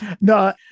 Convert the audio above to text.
No